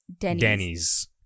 Denny's